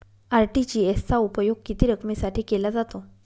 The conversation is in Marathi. आर.टी.जी.एस चा उपयोग किती रकमेसाठी केला जातो?